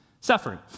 suffering